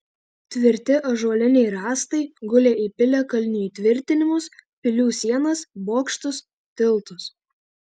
tvirti ąžuoliniai rąstai gulė į piliakalnių įtvirtinimus pilių sienas bokštus tiltus